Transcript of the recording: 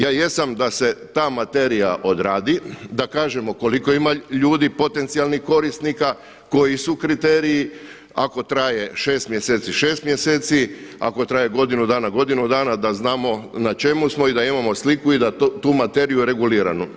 Ja jesam da se ta materijal odradi, da kažemo koliko ima ljudi potencijalnih korisnika, koji su kriteriji, ako traje 6 mjeseci, 6 mjeseci, ako traje godinu dana, godinu dana da znamo na čemu smo i da imamo sliku i da tu materiju reguliramo.